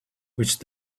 which